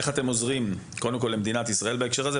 איך אתם עוזרים למדינת ישראל בנושא הזה?